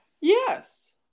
yes